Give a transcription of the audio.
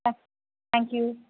ஆ thank you